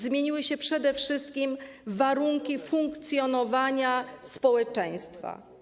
Zmieniły się przede wszystkim warunki funkcjonowania społeczeństwa.